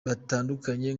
batandukanye